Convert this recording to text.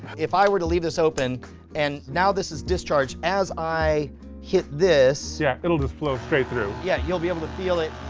if i were to leave this open and now this is discharged, as i hit this yeah it'll just flow straight through. yeah you'll be able to feel it.